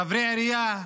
חברי עירייה,